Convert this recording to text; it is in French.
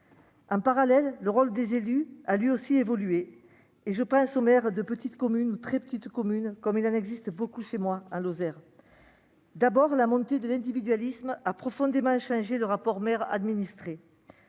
En parallèle, le rôle des élus a lui aussi évolué-je pense en particulier aux maires de petites ou très petites communes comme il en existe beaucoup chez moi, en Lozère. D'abord, la montée de l'individualisme a profondément changé le rapport maire-administrés.